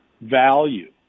value